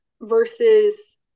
versus